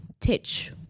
Titch